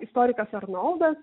istorikas arnoldas